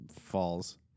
falls